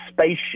spaceship